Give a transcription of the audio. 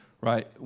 Right